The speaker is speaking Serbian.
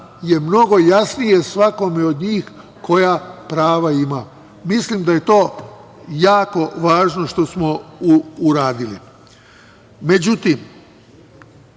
je mnogo jasnije svakome od njih koja prava ima. Mislim da je to jako važno što smo uradili. Tu